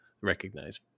recognize